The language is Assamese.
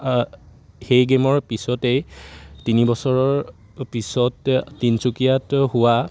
সেই গে'মৰ পিছতেই তিনি বছৰৰ পিছত তিনিচুকীয়াত হোৱা